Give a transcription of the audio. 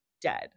dead